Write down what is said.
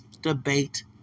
debate